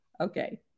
okay